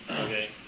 Okay